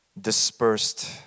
dispersed